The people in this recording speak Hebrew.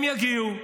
הם יגיעו.